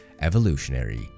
evolutionary